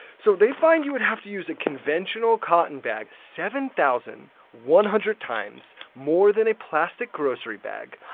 so they find you would have to use a conventional cotton bag seven thousand one hundred times more than a plastic grocery bag.